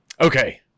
okay